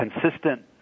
consistent